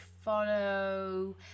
follow